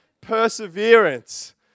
Perseverance